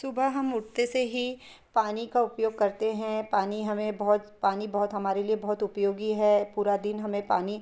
सुबह हम उठते से ही पानी का उपयोग करते हैं पानी हमें बहुत पानी बहुत हमारे लिए बौहौत उपयोगी है पूरा दिन हमें पानी